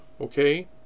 okay